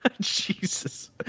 jesus